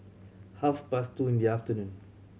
half past two in the afternoon